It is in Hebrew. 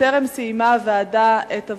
והוועדה טרם סיימה את עבודתה.